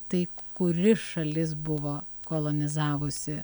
tai kuri šalis buvo kolonizavusi